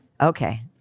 okay